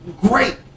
great